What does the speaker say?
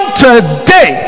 today